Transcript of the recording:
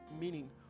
meaning